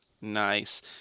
Nice